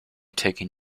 taking